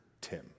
Tim